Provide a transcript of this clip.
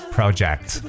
Project